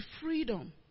freedom